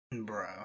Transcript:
Bro